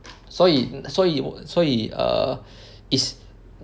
所以所以我所以 err is